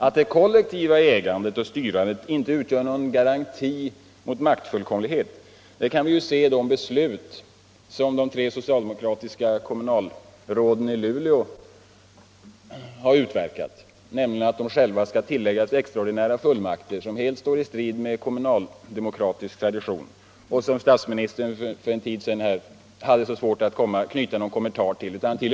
Att det kollektiva ägandet och styrandet inte utgör någon garanti mot maktfullkomlighet kan vi se i de beslut som de tre socialdemokratiska kommunalråden i Luleå har utverkat, nämligen att de själva skall förses med extraordinära fullmakter, vilket helt står i strid med kommunaldemokratisk tradition. Statsministern hade också för någon tid sedan svårigheter att knyta någon kommentar till denna händelse.